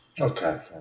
okay